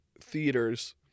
theaters